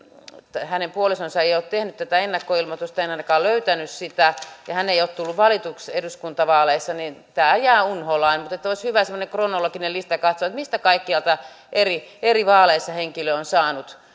hänen puolisonsa ei ole tehnyt tätä ennakkoilmoitusta en en ainakaan löytänyt sitä ja kun hän ei ole tullut valituksi eduskuntavaaleissa niin tämä jää unholaan että olisi hyvä semmoinen kronologinen lista josta voisi katsoa mistä kaikkialta eri eri vaaleissa henkilö on